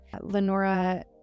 Lenora